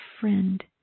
friend